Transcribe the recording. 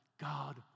God